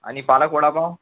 आणि पालक वडापाव